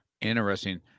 interesting